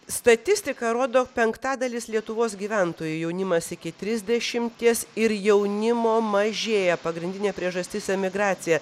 statistika rodo penktadalis lietuvos gyventojų jaunimas iki trisdešimties ir jaunimo mažėja pagrindinė priežastis emigracija